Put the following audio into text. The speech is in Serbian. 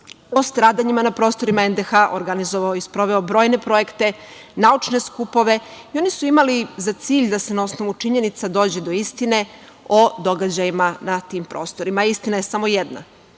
o stradanjima na prostorima NDH, organizovao i sproveo brojne projekte, naučne skupove i oni su imali za cilj da se na osnovu činjenica dođe do istine o događajima na tim prostorima. Istina je samo jedna